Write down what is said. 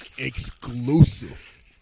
Exclusive